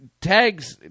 Tags